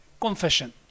confession